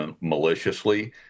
maliciously